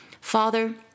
Father